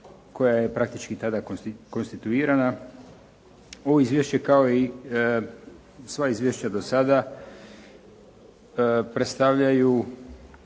koja je praktički tada konstituirana. Ovo izvješće kao i sva izvješća do sada predstavljaju